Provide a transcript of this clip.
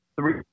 three